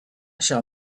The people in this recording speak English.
shall